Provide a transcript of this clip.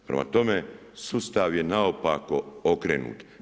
Prema tome, sustav je naopako okrenut.